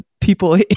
people